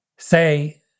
say